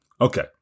Okay